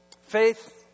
Faith